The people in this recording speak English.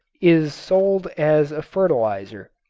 is sold as a fertilizer.